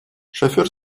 шофер